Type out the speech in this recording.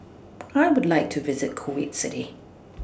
I Would like to visit Kuwait City